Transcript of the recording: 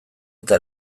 eta